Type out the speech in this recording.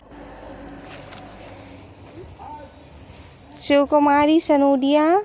Shiv Kumari Sanudiya